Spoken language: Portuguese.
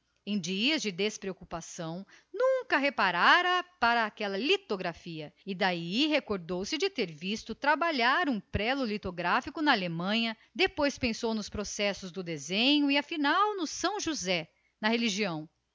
em dias de despreocupação nunca dera por ela e daí recordou-se de ter visto na alemanha trabalhar um prelo litográfico dos mais aperfeiçoados depois pensou nos processos do desenho nos diversos estilos de artistas seus conhecidos e afinal em são josé e na religião